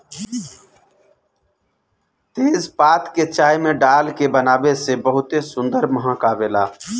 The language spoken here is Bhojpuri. तेजपात के चाय में डाल के बनावे से बहुते सुंदर महक आवेला